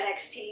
NXT